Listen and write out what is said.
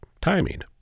timing